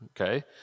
okay